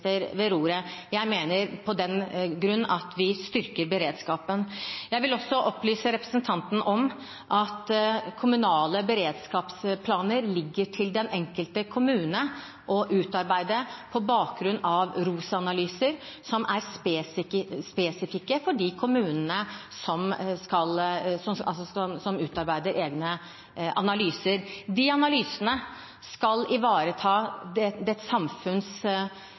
ved roret. Jeg mener av den grunn at vi styrker beredskapen. Jeg vil også opplyse representanten om at kommunale beredskapsplaner ligger til den enkelte kommune å utarbeide på bakgrunn av ROS-analyser, som er spesifikke for de kommunene som utarbeider egne analyser. De analysene skal ivareta samfunnssikkerheten og ikke minst forutse hvilken type utfordringer kommunene er utsatt for når det